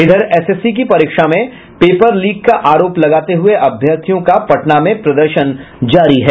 इधरएसएससी की परीक्षा में पेपर लीक का आरोप लगाते हुए अभ्यर्थियों का पटना में प्रदर्शन जारी है